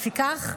לפיכך,